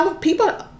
People